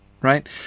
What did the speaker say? right